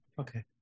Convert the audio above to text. Okay